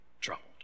troubled